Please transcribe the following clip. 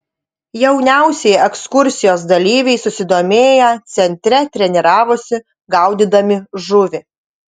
jauniausieji ekskursijos dalyviai susidomėję centre treniravosi gaudydami žuvį